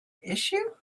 issue